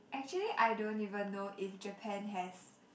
actually I don't even know if Japan has